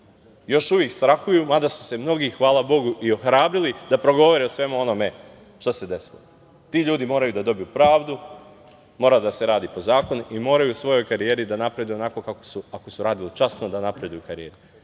još uvek strahuju mada su se mnogi hvala Bogu i ohrabrili da progovore o svemu onome što se desilo. Ti ljudi moraju da dobiju pravdu, mora da se radi po zakonu i moraju u svojoj karijeri da napreduju onako, ako su radili časno da napreduju u karijeri.